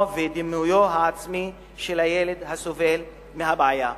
ודימויו העצמי של ילד הסובל מהבעיה.